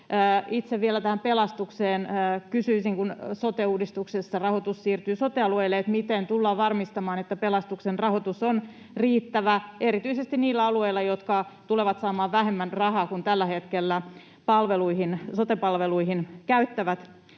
Itse vielä tästä pelastuksesta kysyisin: kun sote-uudistuksessa rahoitus siirtyy sote-alueille, miten tullaan varmistamaan, että pelastuksen rahoitus on riittävä erityisesti niillä alueilla, jotka tulevat saamaan vähemmän rahaa kuin mitä tällä hetkellä sote-palveluihin käyttävät?